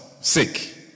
Sick